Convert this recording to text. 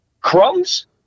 crumbs